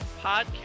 Podcast